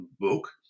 book